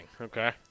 Okay